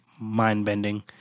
mind-bending